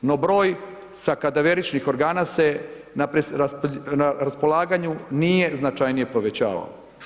No broj sakadaveričnih organa se na raspolaganju nije značajnije povećavao.